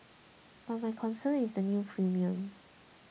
but my concern is the new premiums